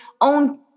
own